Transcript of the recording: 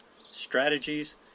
strategies